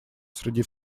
среди